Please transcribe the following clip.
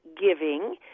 giving